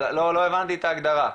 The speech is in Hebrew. אז לא הבנתי את ההגדרה.